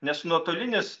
nes nuotolinis